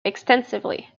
extensively